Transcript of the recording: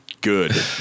Good